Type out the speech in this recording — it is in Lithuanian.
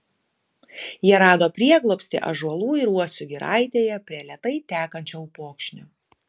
jie rado prieglobstį ąžuolų ir uosių giraitėje prie lėtai tekančio upokšnio